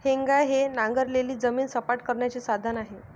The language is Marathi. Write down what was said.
हेंगा हे नांगरलेली जमीन सपाट करण्याचे साधन आहे